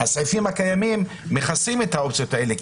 הסעיפים הקיימים מכסים את האופציות האלה,